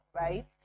right